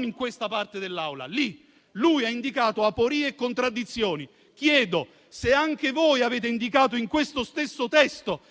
da questa parte dell'Aula, ha indicato aporie e contraddizioni; se anche voi avete indicato in questo stesso testo